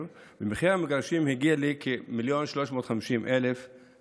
ומחיר המגרשים הגיע לכ-1.35 מיליון שקל.